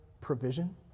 provision